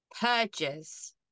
purges